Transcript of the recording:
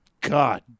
God